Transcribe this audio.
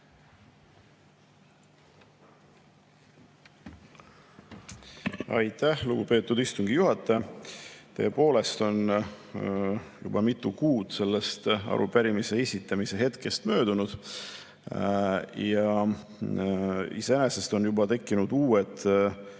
Aitäh, lugupeetud istungi juhataja! Tõepoolest, juba mitu kuud on arupärimise esitamise hetkest möödunud. Iseenesest on juba tekkinud uued